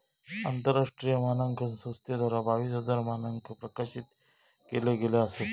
आंतरराष्ट्रीय मानांकन संस्थेद्वारा बावीस हजार मानंक प्रकाशित केले गेले असत